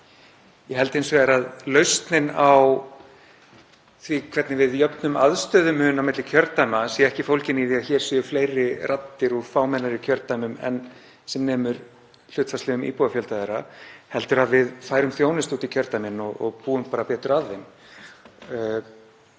Ég held hins vegar að lausnin á því hvernig við jöfnum aðstöðumun á milli kjördæma sé ekki fólgin í því að hér séu fleiri raddir úr fámennari kjördæmum en sem nemur hlutfallslegum íbúafjölda þeirra heldur að við færum þjónustu út í kjördæmin og búum bara betur að þeim.